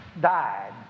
died